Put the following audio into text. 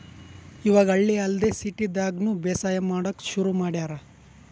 ಇವಾಗ್ ಹಳ್ಳಿ ಅಲ್ದೆ ಸಿಟಿದಾಗ್ನು ಬೇಸಾಯ್ ಮಾಡಕ್ಕ್ ಶುರು ಮಾಡ್ಯಾರ್